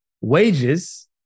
wages